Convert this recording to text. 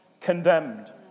condemned